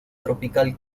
tropical